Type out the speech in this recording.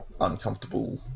uncomfortable